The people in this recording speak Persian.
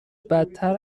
بدتر